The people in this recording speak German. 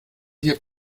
hier